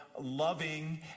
loving